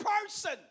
person